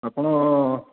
ଆପଣ